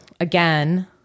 again